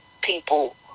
people